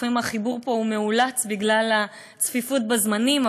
לפעמים החיבור פה הוא מאולץ בגלל הצפיפות בזמנים,